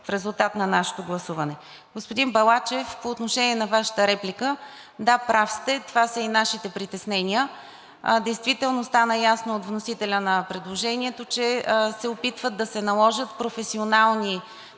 в резултат на нашето гласуване. Господин Балачев, по отношение на Вашата реплика. Да, прав сте, това са и нашите притеснения. Действително стана ясно от вносителя на предложението, че се опитва да се наложат професионални